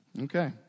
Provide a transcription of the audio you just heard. Okay